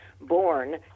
born